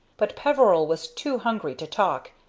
but peveril was too hungry to talk,